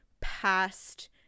past